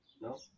No